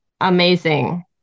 amazing